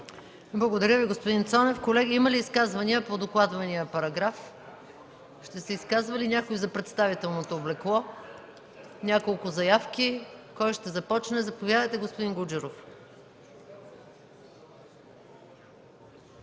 Благодаря Ви, господин Цонев. Колеги, има ли изказвания по докладвания параграф? Ще се изказва ли някой за представителното облекло? Има няколко заявки. Заповядайте, господин Гуджеров.